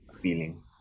feeling